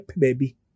baby